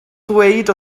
ddweud